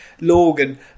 Logan